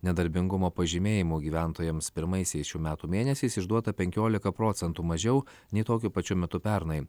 nedarbingumo pažymėjimų gyventojams pirmaisiais šių metų mėnesiais išduota penkiolika procentų mažiau nei tokiu pačiu metu pernai